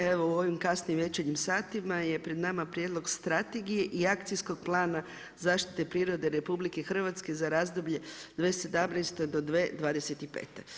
Evo u ovim kasnim večernjim satima je pred nama Prijedlog strategije i akcijskog plana zaštite prirode RH za razdoblje 2017. do 2025.